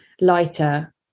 lighter